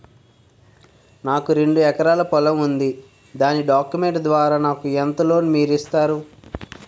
నాకు రెండు ఎకరాల పొలం ఉంది దాని డాక్యుమెంట్స్ ద్వారా నాకు ఎంత లోన్ మీరు ఇస్తారు?